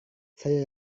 saya